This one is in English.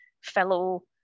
fellow